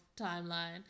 timeline